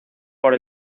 por